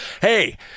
hey